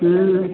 हुँ